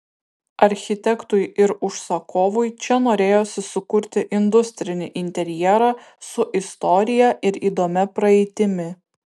architektui ir užsakovui čia norėjosi sukurti industrinį interjerą su istorija ir įdomia praeitimi